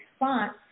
response